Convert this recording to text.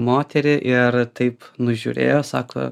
moterį ir taip nužiūrėjo sako